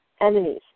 enemies